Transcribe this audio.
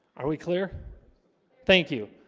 are we clear thank you